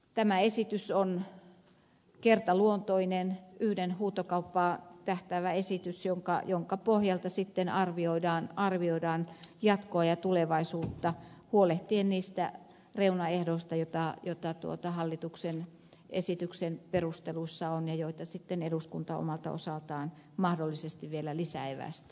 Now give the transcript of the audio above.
tämä esitys on kertaluontoinen yhteen huutokauppaan tähtäävä esitys jonka pohjalta sitten arvioidaan jatkoa ja tulevaisuutta huolehtien niistä reunaehdoista joita hallituksen esityksen perusteluissa on ja joita sitten eduskunta omalta osaltaan mahdollisesti vielä lisäevästää